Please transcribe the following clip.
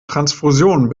transfusionen